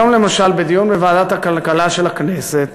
היום, למשל, בדיון בוועדת הכלכלה של הכנסת